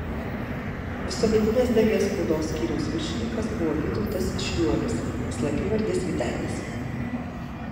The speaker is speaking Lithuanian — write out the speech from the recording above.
visuomeninės dalies spaudos skyriaus viršininkas buvo vytautas šniuolis slapyvardis vytenis